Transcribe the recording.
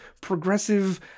progressive